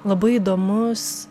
labai įdomus